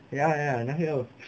ya ya ya 那个